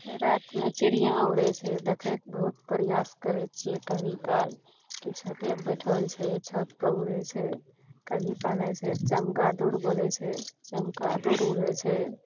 रातिमे चिड़ियाँ उड़ै छै देखैके बहुत परियास करै छियै कभी काल कि छते बैठल छै छत पर उड़ै छै कभी काल होइ छै चमगादुर बोलै छै चमगादुर उड़ै छै